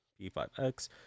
p5x